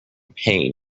pain